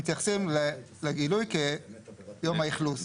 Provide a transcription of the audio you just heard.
מתייחסים לגילוי כיום האכלוס.